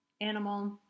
animal